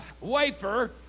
wafer